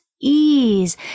ease